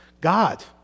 God